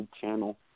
channel